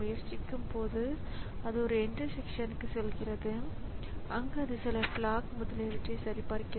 இவை பெரும்பாலான நவீன கணினி அமைப்புகளில் இருக்கலாம் எனவே அவைகளுக்கு இந்த மவுஸ் விசைப்பலகை அச்சுப்பொறி போன்றவை கிடைத்துள்ளன